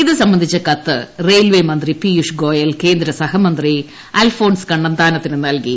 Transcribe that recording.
ഇത് സംബന്ധിച്ച കത്ത് റെയിൽവേ മന്ത്രി പീയുഷ് ഗോയൽ കേന്ദ്ര സഹമന്ത്രി അൽഫോൺസ് കണ്ണന്താനത്തിന് നൽകി